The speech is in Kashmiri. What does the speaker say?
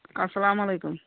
اَسَلام علیکُم